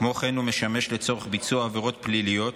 כמו כן, הוא משמש לביצוע עבירות פליליות,